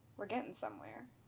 we're getting somewhere.